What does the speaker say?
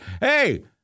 hey